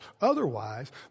Otherwise